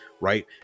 right